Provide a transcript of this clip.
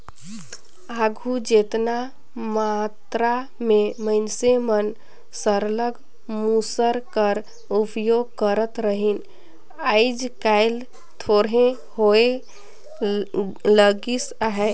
आघु जेतना मातरा में मइनसे मन सरलग मूसर कर उपियोग करत रहिन आएज काएल थोरहें होए लगिस अहे